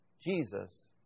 Jesus